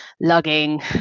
lugging